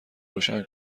روشن